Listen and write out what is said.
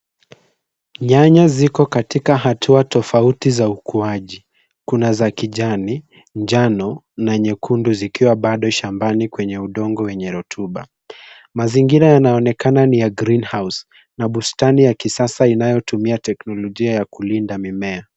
Nyanya ziko katika hatua tofauti za ukuaji kuna za kijani ,njano na nyekundu zikiwa bado shambani kwenye udongo wenye rotuba. Mazingira yanaonekana ni kama ya greenhouse na bustani ya kisasa inayotumia teknologia ya kulinda mimea.